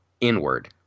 inward